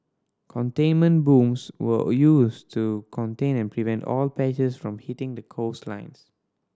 containment booms were used to contain and prevent oil patches from hitting the coastlines